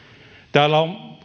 täällä on